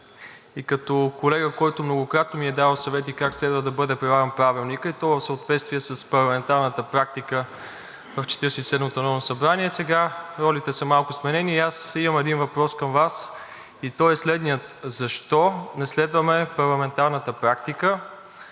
и като колега, който многократно ми е давал съвети как следва да бъде прилаган Правилникът, и то в съответствие с парламентарната практика в Четиридесет и седмото народно събрание. Сега ролите са малко сменени и аз имам един въпрос към Вас. Той е следният: защо не следваме парламентарната практика,